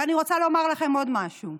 ואני רוצה לומר לכם עוד משהו: